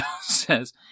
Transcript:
says